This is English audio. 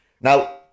Now